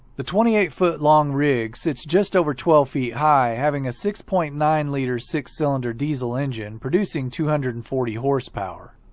the twenty eight foot long rig sits just over twelve feet high having a six point nine liter, six cylinder diesel engine producing two hundred and forty horsepower.